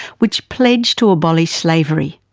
which pledged to abolish slavery.